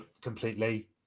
completely